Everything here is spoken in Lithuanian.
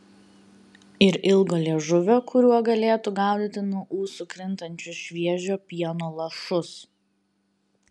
ir ilgo liežuvio kuriuo galėtų gaudyti nuo ūsų krintančius šviežio pieno lašus